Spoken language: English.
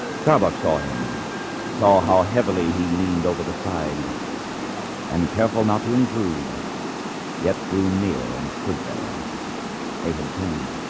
starbuck saw him saw how heavily he leaned over the side and careful not to intrude yet drew near and stood there a him turn